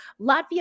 Latvia